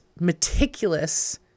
meticulous